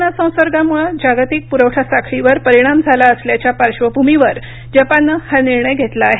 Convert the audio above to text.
corona संसर्गामुळ जागतिक पुरवठा साखळीवर परिणाम झाला असल्याच्या पार्श्वभूमीवर जपाननं हा निर्णय घेतला आहे